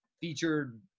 featured